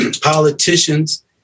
politicians